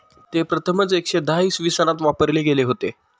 ते प्रथमच एकशे दहा इसवी सनात वापरले गेले होते